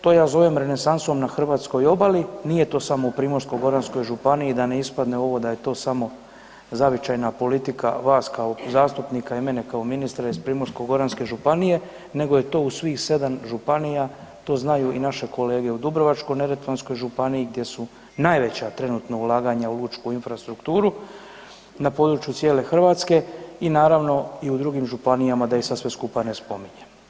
To je, to ja zovem renesansom na hrvatskoj obali, nije to samo u Primorsko-goranskoj županiji, da ne ispadne ovo da je to samo zavičajna politika vas kao zastupnika i mene kao ministra iz Primorsko-goranske županije nego je to u svih 7 županija, to znaju i naše kolege u Dubrovačko-neretvanskoj županiji gdje su najveća trenutno ulaganja u lučku infrastrukturu, na području cijele Hrvatske i naravno, i u drugim županijama, da ih sad sve skupa ne spominjem.